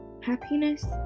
Happiness